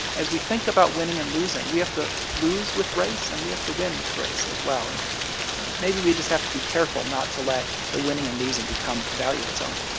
as we think about winning and losing, we have to lose with grace, and we have to win with grace as well. and maybe we just have to be careful not to let the winning and losing become a value of its own